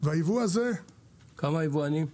והייבוא הזה --- כמה יבואנים?